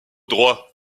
droits